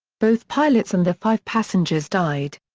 both pilots and the five passengers died.